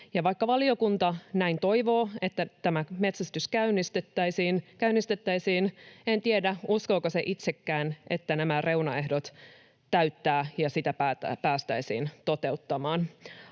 vaikka valiokunta näin toivoo, että tämä metsästys käynnistettäisiin, en tiedä, uskooko se itsekään, että nämä reunaehdot täyttyvät ja sitä päästäisiin toteuttamaan.